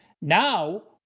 Now